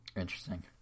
Interesting